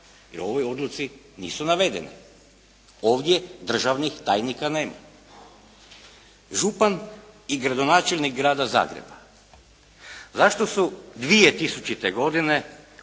jer u ovoj odluci nisu navedeni. Ovdje državnih tajnika nema. Župan i gradonačelnik grada Zagreba, zašto su 2000. godine